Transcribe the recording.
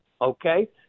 okay